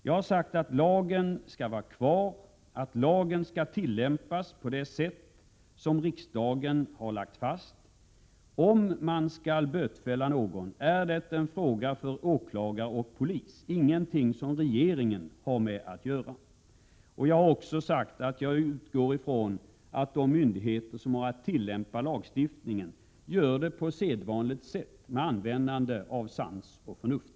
Jag har sagt att lagen skall vara kvar, att lagen skall tillämpas på det sätt som riksdagen har lagt fast. Om man skall bötfälla någon är en fråga för åklagare och polis, ingenting som regeringen har med att göra. Jag har också sagt att jag utgår från att de myndigheter som har att tillämpa lagstiftningen gör det på sedvanligt sätt, med användande av sans och förnuft.